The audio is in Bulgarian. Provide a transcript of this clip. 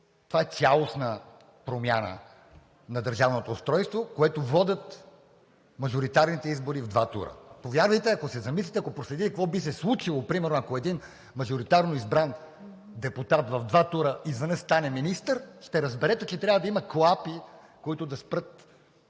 това е цялостна промяна на държавното устройство, което водят мажоритарните избори в два тура. Повярвайте, ако се замислите, ако проследите какво би се случило примерно, ако един мажоритарно избран депутат в два тура изведнъж стане министър, ще разберете, че трябва да има клапи, които да спрат